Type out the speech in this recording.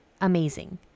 amazing